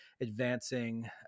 advancing